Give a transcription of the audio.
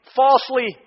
falsely